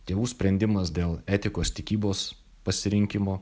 tėvų sprendimas dėl etikos tikybos pasirinkimo